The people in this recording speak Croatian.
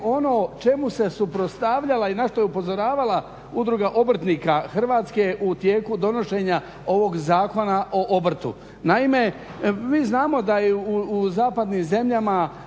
ono čemu se suprotstavljala i na što je upozoravala udruga obrtnika Hrvatske u tijeku donošenja ovog Zakona o obrtu. Naime, mi znamo da je u zapadnim zemljama